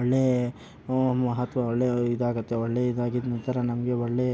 ಒಳ್ಳೆ ಮಹತ್ವ ಒಳ್ಳೆ ಇದಾಗುತ್ತೆ ಒಳ್ಳೆ ಇದಾಗಿದ್ದ ನಂತರ ನಮಗೆ ಒಳ್ಳೆ